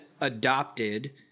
adopted